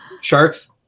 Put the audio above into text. Sharks